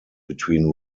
between